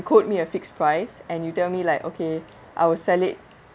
quote me a fixed price and you tell me like okay I'll sell it